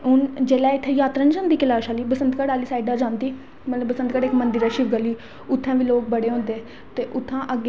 हून जेल्लै इत्थें जात्तरा निं जंदी कैलाश आह्ली बसंतगढ़ आह्सली साईड दा जंदी मतलब बसंतगढ़ शिव गली मंदर ऐ उत्थें बी लोग बड़े होंदे तां उत्थां अग्गें